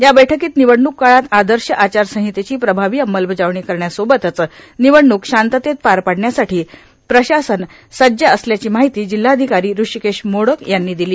या बैठकीत निवडणूक काळात आदर्श आचारसंहितेची प्रभावी अंमलबजावणी करण्यासोबतच निवडणूक शांततेत पार पाडण्यासाठी प्रशासन सज्ज असल्याची माहिती जिल्हाधिकारी ऋषिकेश मोडक यांनी दिली